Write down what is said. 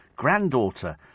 granddaughter